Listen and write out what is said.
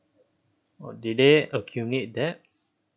what did they accumulate debts